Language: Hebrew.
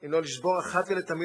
אם לא לשבור אחת ולתמיד,